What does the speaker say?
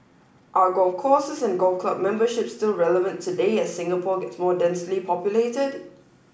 are golf courses and golf club memberships still relevant today as Singapore gets more densely populated